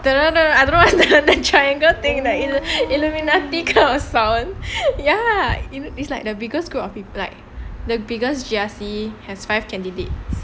I don't know what's the triangle thing that the illuminati kind of sound ya you know it's like the biggest group of you like the biggest G_R_C has five candidates